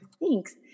thanks